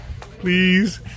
Please